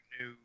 new